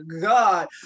God